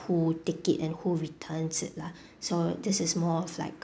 who take it and who returns it lah so this is more of like